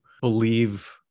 believe